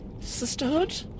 sisterhood